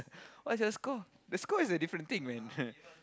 what's your score the score is a different thing man